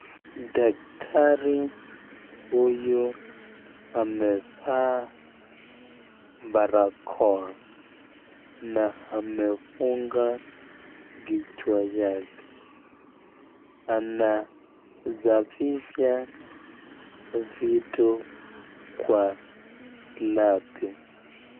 Daktari huyu amavaa barakoa na amefungua kichwa yake, anasafisha vitu kwa labi.